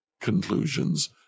conclusions